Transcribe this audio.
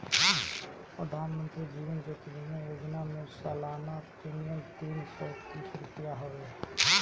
प्रधानमंत्री जीवन ज्योति बीमा योजना में सलाना प्रीमियम तीन सौ तीस रुपिया हवे